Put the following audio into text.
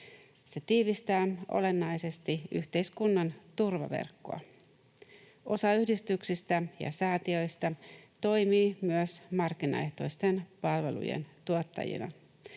Se tiivistää olennaisesti yhteiskunnan turvaverkkoa. Osa yhdistyksistä ja säätiöistä toimii myös markkinaehtoisten palvelujen tuottajina.